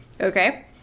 Okay